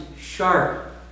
sharp